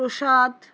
প্রসাদ